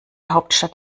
hauptstadt